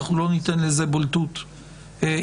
ואנחנו לא ניתן לזה בולטות יתר.